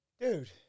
Dude